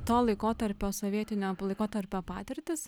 to laikotarpio sovietinio laikotarpio patirtis